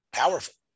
powerful